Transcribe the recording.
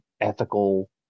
ethical